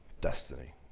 destiny